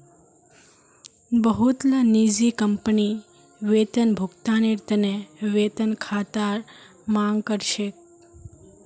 बहुतला निजी कंपनी वेतन भुगतानेर त न वेतन खातार मांग कर छेक